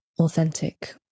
authentic